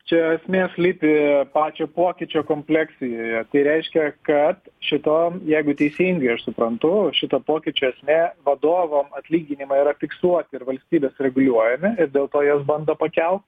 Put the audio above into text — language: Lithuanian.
čia esmė slypi pačio pokyčio komplekcijoje tai reiškia kad šitam jeigu teisingai aš suprantu šito pokyčio esmė vadovo atlyginimai yra fiksuoti ir valstybės reguliuojami ir dėl to jas bando pakelt